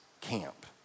camp